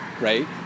right